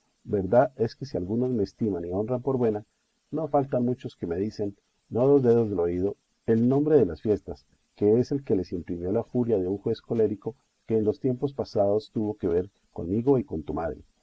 verdad es que si algunos me estiman y honran por buena no faltan muchos que me dicen no dos dedos del oído el nombre de las fiestas que es el que les imprimió la furia de un juez colérico que en los tiempos pasados tuvo que ver conmigo y con tu madre